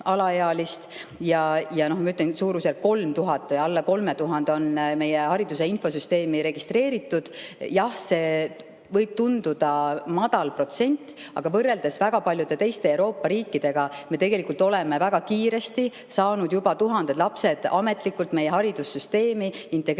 ja neist alla 3000 on meie hariduse infosüsteemi registreeritud. Jah, võib tunduda väike protsent, aga võrreldes väga paljude teiste Euroopa riikidega me tegelikult oleme väga kiiresti saanud juba tuhanded lapsed ametlikult meie haridussüsteemi integreerida.